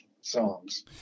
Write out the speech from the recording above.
songs